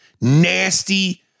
nasty